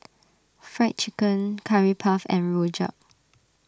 Fried Chicken Curry Puff and Rojak